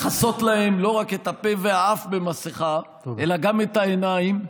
לכסות להם לא רק את הפה והאף במסכה אלא גם את העיניים,